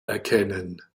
erkennen